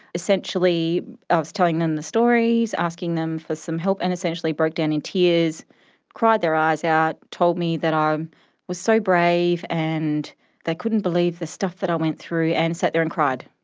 essentially ah i was telling them the stories, asking them for some help, and essentially broke down in tears, cried their eyes out, told me that i was so brave and they couldn't believe the stuff that i went through and sat there and cried.